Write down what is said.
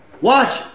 Watch